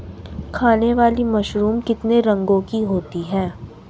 खाने वाली मशरूम कितने रंगों की होती है?